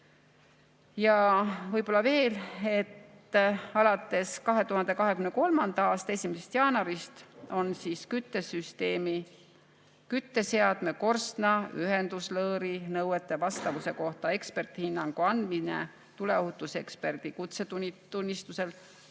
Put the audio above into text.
Võib-olla veel seda, et alates 2023. aasta 1. jaanuarist on küttesüsteemi kütteseadme, korstna ja ühenduslõõri nõuete vastavuse kohta eksperdihinnangu andmine tuleohutuseksperdi kutsetunnistusel